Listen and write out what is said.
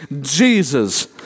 Jesus